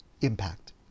impact